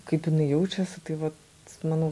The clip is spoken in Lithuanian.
kaip jinai jaučiasi tai vat manau